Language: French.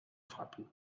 frappés